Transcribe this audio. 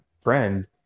friend